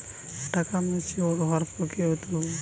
টাকা ম্যাচিওর্ড হওয়ার পর কিভাবে তুলব?